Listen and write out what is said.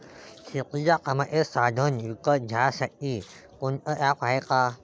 शेतीच्या कामाचे साधनं विकत घ्यासाठी कोनतं ॲप हाये का?